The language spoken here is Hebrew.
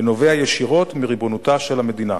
ונובע ישירות מריבונותה של המדינה.